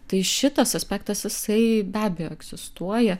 tai šitas aspektas jisai be abejo egzistuoja